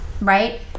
right